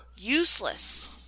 Useless